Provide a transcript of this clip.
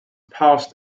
past